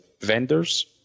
vendors